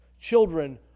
Children